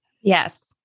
Yes